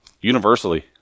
Universally